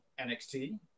NXT